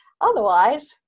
otherwise